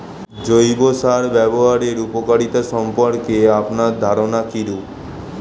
জৈব সার ব্যাবহারের উপকারিতা সম্পর্কে আপনার ধারনা কীরূপ?